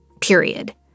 period